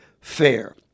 Fair